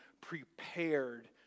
prepared